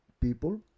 people